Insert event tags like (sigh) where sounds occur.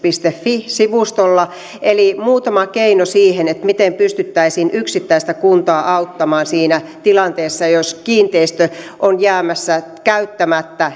fi sivustolla eli muutama keino siihen miten pystyttäisiin yksittäistä kuntaa auttamaan siinä tilanteessa jos kiinteistö on jäämässä käyttämättä (unintelligible)